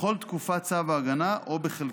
בכל תקופת צו ההגנה או בחלקה.